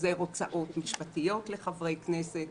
החזר הוצאות משפטיות לחברי כנסת,